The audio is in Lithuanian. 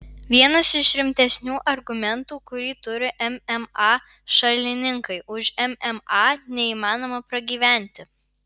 vienas iš rimtesnių argumentų kurį turi mma šalininkai už mma neįmanoma pragyventi